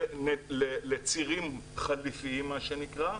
לצירים חליפיים מה שניקרא,